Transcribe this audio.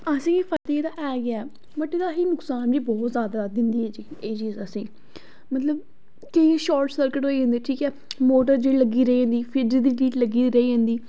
असेंगी फायदा ते ऐ गै ऐ बट असेंगी नुक्सान बी बहुत ज्यादा ऐ दिंदी एह् चीज असेंगी मतलब केई शार्ट सर्किट होई जंदे ठीक ऐ मोटर लग्गी दी रेही जंदी फ्रिज दी लीड लग्गी दी रेही जंदी